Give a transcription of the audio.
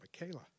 Michaela